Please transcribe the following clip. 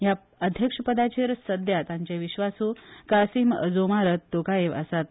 ह्या अध्यक्ष पदाचेर सध्या तांचे विश्वासू कासीम जोमारत तोकायेव आसात